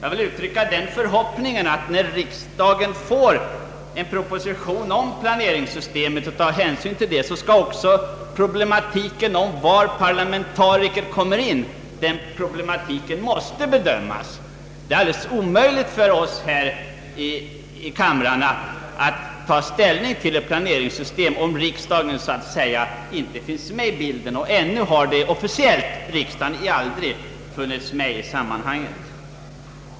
När riksdagen senare får en proposition om planeringssystemet hoppas jag att den också tar upp problematiken om var parlamentarikerna kommer in i bilden. Ännu har riksdagen officiellt aldrig funnits med i sammanhanget.